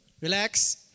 relax